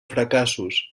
fracassos